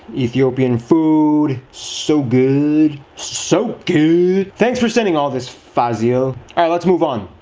ethiopian food. so good. so good! thanks for sending all this, fasil. alright, let's move on.